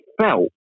felt